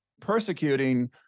persecuting